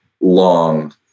long